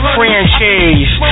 Franchise